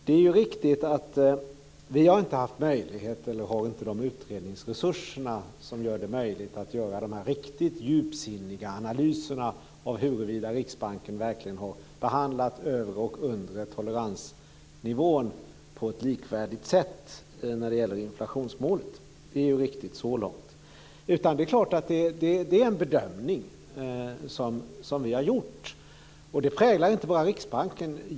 Det är ju riktigt att vi inte har haft möjligheter - vi har inte de utredningsresurserna - att göra de riktigt djupsinniga analyserna av huruvida Riksbanken verkligen har behandlat övre och undre toleransnivån på ett likvärdigt sätt när det gäller inflationsmålet. Det är ju riktigt så långt. Det är klart att det är en bedömning som vi har gjort. Och det präglar inte bara Riksbanken.